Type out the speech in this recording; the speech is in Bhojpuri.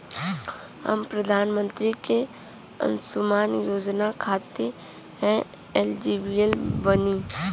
हम प्रधानमंत्री के अंशुमान योजना खाते हैं एलिजिबल बनी?